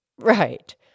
Right